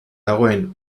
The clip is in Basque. dagoen